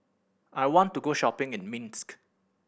I want to go shopping in Minsk